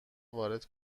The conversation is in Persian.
وارد